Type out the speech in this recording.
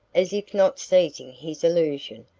as if not seizing his allusion,